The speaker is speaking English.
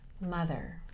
mother